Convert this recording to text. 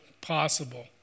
possible